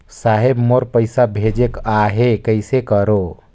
साहेब मोर पइसा भेजेक आहे, कइसे करो?